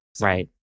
Right